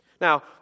Now